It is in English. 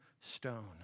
stone